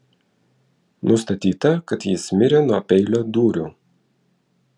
nustatyta kad jis mirė nuo peilio dūrių